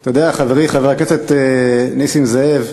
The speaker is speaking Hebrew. אתה יודע, חברי חבר הכנסת נסים זאב,